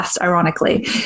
ironically